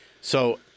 So-